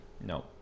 No